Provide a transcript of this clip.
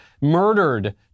murdered